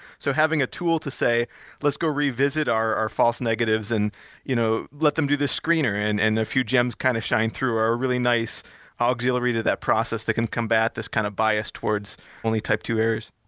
so having a tool to say let's go revisit our our false-negatives and you know let them do the screener, and and a few gems kind of shine through who are really nice auxiliary to that process that can combat this kind of bias towards only type two errors.